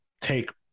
take